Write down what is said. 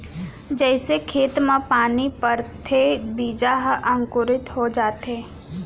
जइसे खेत म पानी परथे बीजा ह अंकुरित हो जाथे